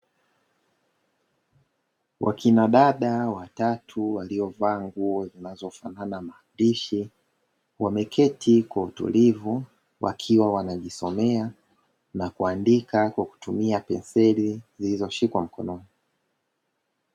Wakina dada watatu waliovaa nguo zinazofanana maandishi wameketi kwa utulivu wakiwa wanajisomea na kuandika kwa kutumia penseli zilizoshikwa mkononi.